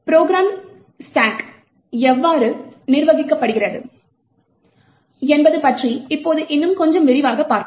ப்ரோக்ராமில் ஸ்டாக் எவ்வாறு நிர்வகிக்கப்படுகிறது என்பது பற்றி இப்போது இன்னும் கொஞ்சம் விரிவாகப் பார்ப்போம்